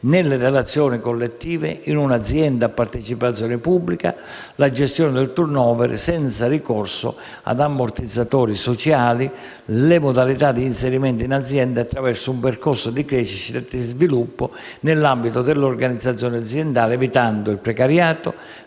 nelle relazioni collettive in un'azienda a partecipazione pubblica, la gestione del *turnover* senza ricorso ad ammortizzatori sociali e le modalità di inserimento in azienda attraverso un percorso di crescita e sviluppo nell'ambito dell'organizzazione aziendale, evitando il precariato,